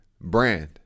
brand